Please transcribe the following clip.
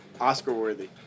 Oscar-worthy